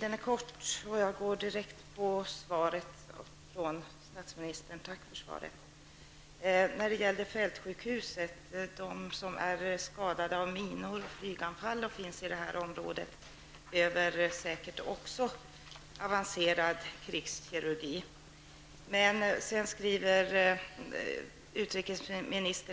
Herr talman! Tack för svaret. Först har vi frågan om fältsjukhusen. De som är skadade av minor och flyganfall i området behöver säkert också avancerad krigskirurgi. Utrikesministern skriver